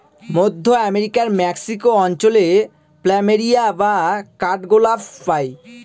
মধ্য আমেরিকার মেক্সিকো অঞ্চলে প্ল্যামেরিয়া বা কাঠগোলাপ পাই